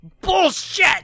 bullshit